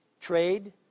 Trade